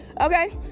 okay